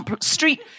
street